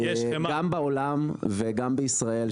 גם בעולם וגם בישראל,